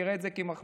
תראה את זה כמחמאה,